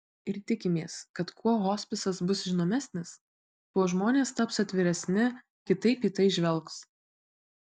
ir tikimės kad kuo hospisas bus žinomesnis tuo žmonės taps atviresni kitaip į tai žvelgs